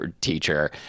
teacher